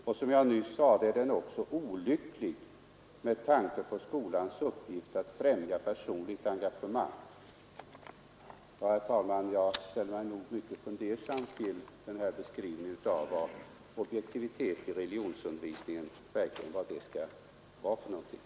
Och som jag sade är den också olycklig med tanke på skolans uppgift att främja personligt engagemang.” Herr talman! Jag ställer mig mycket fundersam till den här beskrivningen av hur objektivitet i religionsundervisningen skall tillämpas i det praktiska skolarbetet.